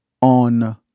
on